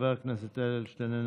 חבר הכנסת אדלשטיין,